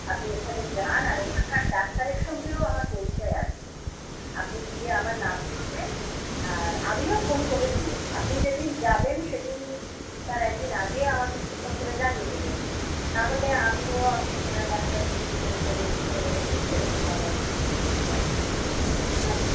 আপনি ওখানে যান আর ওখানকার ডাক্তারের সঙ্গেও আমার পরিচয় আছে আপনি গিয়ে আমার নাম করবেন আর আমিও ফোন করে দিয়ে আপনি যেদিন যাবেন সেদিন তার এক দিন আগে আমাকে একটু ফোন করে জানিয়ে দেবেন তাহলে আমিও আমি চেনা ডাক্তারকে একটু ফোন করে বলে দেব যে এরকম আমার একটা পেশেন্ট যাচ্ছে ঠিক আছে